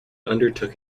undertook